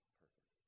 perfect